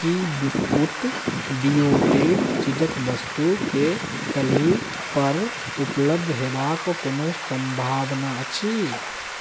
की biscuit डिओटेड चीजक वस्तुके काल्हि पर उपलब्ध होयबाक कोनो सम्भवना अछि